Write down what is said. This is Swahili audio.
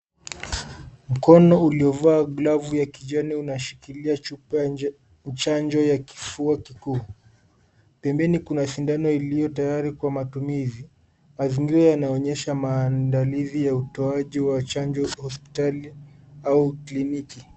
Mkono uliovaa glovu ya kijani unashikilia chupa ya chanjo ya kufua kikuu. Pembeni kuna sindano iliyo tayari kwa matumizi. Mazingira yanaonyesha maandalizi ya utoaji chanjo hospitali au kliniki.